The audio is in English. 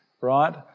right